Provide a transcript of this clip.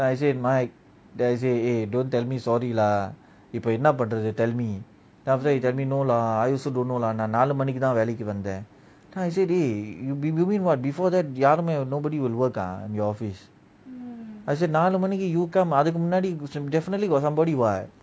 then I said mike then I say eh don't tell me sorry lah இப்போ என்ன பண்றது:ipo enna panrathu tell me then after he tell me no lah I also don't know lah நான் நாலு மணிகி தான் வேலைக்கி வந்தான்:naan naalu maniki thaan velaiki vanthan then I say they you mean before யாருமே:yaarumey nobody will work ah in your office I said நாலு மணிகி:naalu maniki you come அதுக்கு முன்னாடி:athuku munaadi definitely got somebody [what]